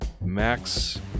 Max